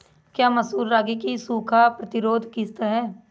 क्या मसूर रागी की सूखा प्रतिरोध किश्त है?